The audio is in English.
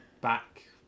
back